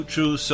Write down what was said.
True